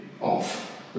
off